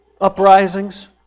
uprisings